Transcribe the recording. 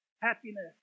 Happiness